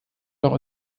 noch